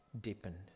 deepened